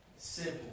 Simple